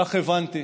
כך הבנתי,